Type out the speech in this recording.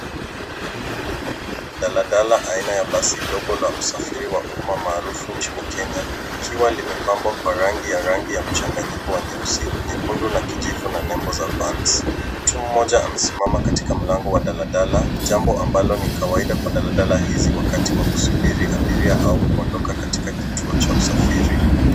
Basi dogo la usafiri wa umma maarufu nchini Kenya. Likiwa limepambwa kwa rangi ya mchanganyiko wa nyeusi, nyekundu na kijivu, pamoja na nembo. Mtu mmoja amesimama katika mlangoni, jambo ambalo ni kawaida wakati wa kusubiri abiria au kuondoka katika kituo cha usafiri.